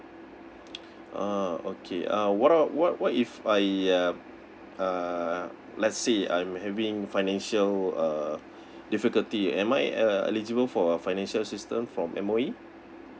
ah okay uh what are what what if I yup uh let's see I'm having financial uh difficultyam I uh eligible for a financial assistance from M_O_E